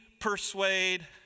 persuade